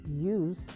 use